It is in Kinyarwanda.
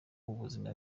ubuzima